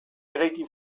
eraiki